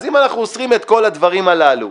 אז אם אנחנו אוסרים את כל הדברים הללו,